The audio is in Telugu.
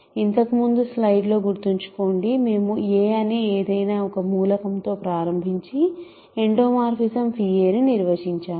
ఇంతకుముందు స్లైడ్ లో గుర్తుంచుకోండి మేము a అనే ఏదైనా ఒక మూలకంతో ప్రారంభించి ఎండోమోర్ఫిజం aని నిర్వచించాము